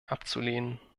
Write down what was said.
abzulehnen